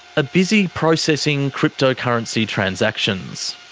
busy processing cryptocurrency transactions.